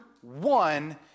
one